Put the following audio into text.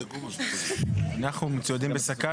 כי אנחנו באיכות הסביבה.